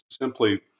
simply